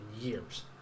years